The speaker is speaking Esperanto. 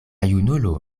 junulo